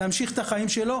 להמשיך את החיים שלו,